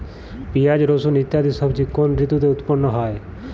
পিঁয়াজ রসুন ইত্যাদি সবজি কোন ঋতুতে উৎপন্ন হয়?